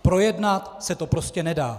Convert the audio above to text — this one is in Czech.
Projednat se to prostě nedá.